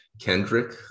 Kendrick